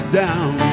down